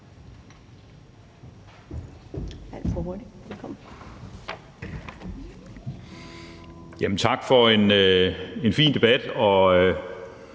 Tak for en fin debat.